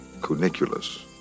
cuniculus